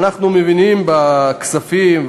ואנחנו מבינים בכספים,